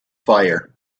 fire